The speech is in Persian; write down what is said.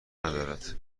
ندارد